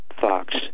Fox